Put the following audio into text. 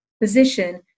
position